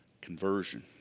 conversion